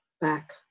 back